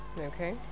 Okay